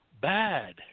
bad